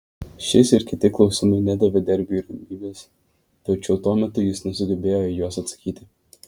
šis ir kiti klausimai nedavė derbiui ramybės tačiau tuo metu jis nesugebėjo į juos atsakyti